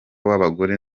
w’abagore